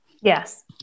Yes